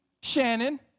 shannon